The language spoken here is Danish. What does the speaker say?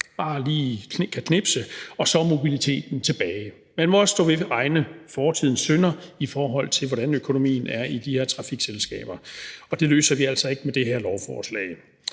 et fingerknips kan skaffe mobiliteten tilbage. Man må også stå ved egne fortids synder, i forhold til hvordan økonomien er i de her trafikselskaber, og det løser vi altså ikke med det her lovforslag.